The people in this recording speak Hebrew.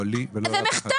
לא לי ולא --- זה מחטף,